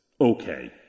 okay